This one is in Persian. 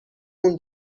مون